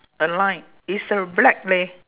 a line it's a black leh